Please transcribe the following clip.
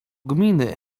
gminy